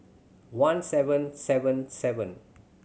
one seven seven seven